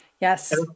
Yes